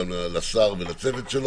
גם לשר ולצוות.